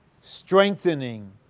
strengthening